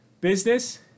business